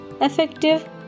effective